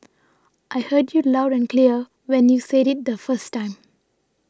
I heard you loud and clear when you said it the first time